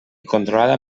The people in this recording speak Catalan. controlada